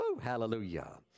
Hallelujah